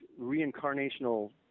reincarnational